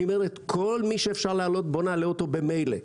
כל מי שאפשר להעלות, בוא נעלה אותו במילא.